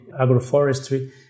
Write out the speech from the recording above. agroforestry